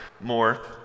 more